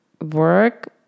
work